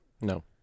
No